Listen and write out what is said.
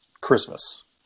Christmas